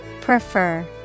Prefer